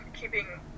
keeping